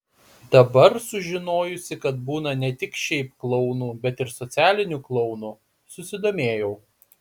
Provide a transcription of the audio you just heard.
dabar sužinojusi kad būna ne tik šiaip klounų bet ir socialinių klounų susidomėjau